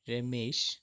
Ramesh